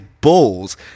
balls